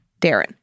Darren